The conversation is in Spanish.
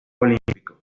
olímpicos